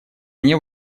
мне